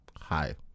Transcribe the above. hi